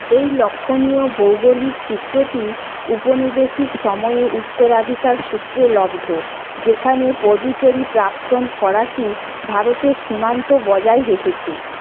এই লক্ষণীয় ভৌগোলিক চিত্রটি উপনিবেশিক সময়ে উত্তরাধিকার সূত্রে লব্ধ যেখানে পুদুচেরি প্রাক্তন ফরাসি ভারতের সীমান্ত বজায় রেখেছে